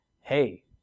hey